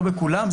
לא בכולם,